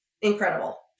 incredible